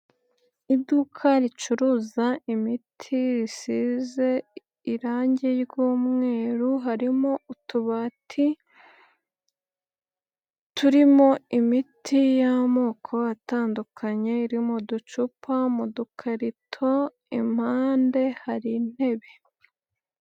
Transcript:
Iduka ricuruza imiti risize irangi ry'umweru harimo utubati turimo imiti y'amoko atandukanye irimo uducupa mu dukarito impande hari intebe.